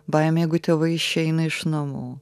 baimė jeigu tėvai išeina iš namų